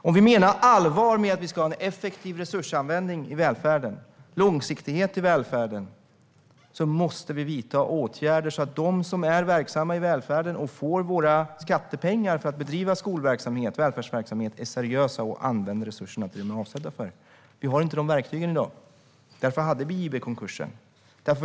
Om vi menar allvar med att vi ska ha en effektiv resursanvändning och långsiktighet i välfärden måste vi vidta åtgärder så att de som är verksamma i välfärden och får våra skattepengar för att bedriva skolverksamhet och välfärdsverksamhet är seriösa och använder resurserna till det som de är avsedda för. Vi har inte de verktygen i dag. Därför hade vi JB-konkursen.